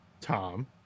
tom